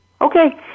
Okay